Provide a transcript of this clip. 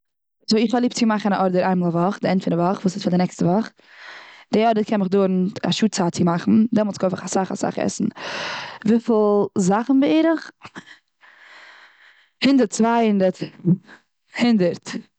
סאו, איך האב ליב צו מאכן א ארדער איין מאל א וואך, וואס איז די ענד פון די וואך. די ארדער קען מיך דויערן א שעה צייט צו מאכן דעמאלץ קויף איך אסאך, אסאך עסן. וויפיל זאכן בערך, הונדערט, צוויי הונדערט. הונדערט.